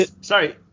Sorry